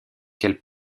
quelles